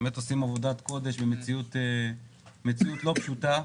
הם עושים עבודת קודש במציאות לא פשוטה.